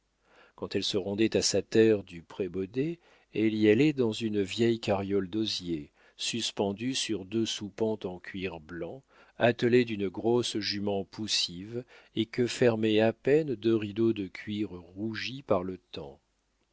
quand elle se rendait à sa terre du prébaudet elle y allait dans une vieille carriole d'osier suspendue sur deux soupentes en cuir blanc attelée d'une grosse jument poussive et que fermaient à peine deux rideaux de cuir rougi par le temps